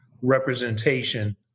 representation